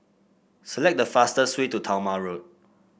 select the fastest way to Talma Road